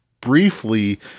briefly